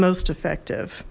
most effective